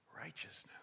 righteousness